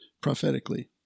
Prophetically